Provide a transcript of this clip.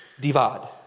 Divad